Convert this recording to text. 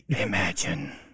Imagine